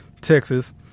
Texas